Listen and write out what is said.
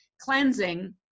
cleansing